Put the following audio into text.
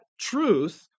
truth